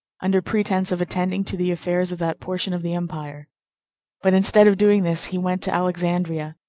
under pretense of attending to the affairs of that portion of the empire but, instead of doing this, he went to alexandria,